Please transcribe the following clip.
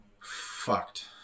fucked